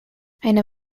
eine